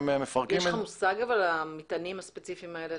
יש לך מושג לאן מגיעים המטענים הספציפיים האלה?